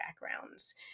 backgrounds